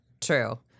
true